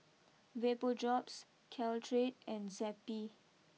Vapodrops Caltrate and Zappy